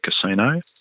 casino